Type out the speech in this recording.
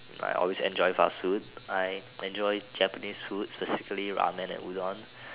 I always enjoy fast food I enjoy Japanese food specifically Ramen and Udon